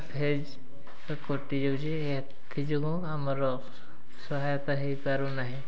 phase କଟିଯାଉଛି ଏଥିଯୋଗୁଁ ଆମର ସହାୟତା ହେଇପାରୁନାହିଁ